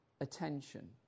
Attention